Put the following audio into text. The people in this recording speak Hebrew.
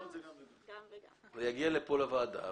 הוא יגיע לפה לוועדה.